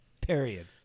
Period